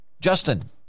Justin